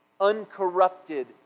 uncorrupted